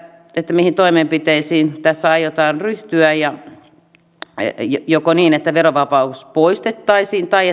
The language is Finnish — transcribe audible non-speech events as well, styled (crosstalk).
mihin toimenpiteisiin tässä aiotaan ryhtyä joko niin että verovapaus poistettaisiin tai (unintelligible)